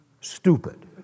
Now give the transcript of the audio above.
stupid